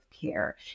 care